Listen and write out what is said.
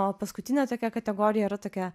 o paskutinė tokia kategorija yra tokia